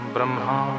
Brahma